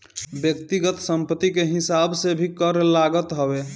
व्यक्तिगत संपत्ति के हिसाब से भी कर लागत हवे